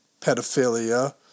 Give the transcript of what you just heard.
Pedophilia